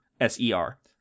S-E-R